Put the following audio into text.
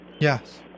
Yes